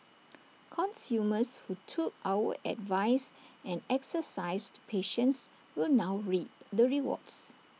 consumers who took our advice and exercised patience will now reap the rewards